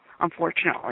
Unfortunately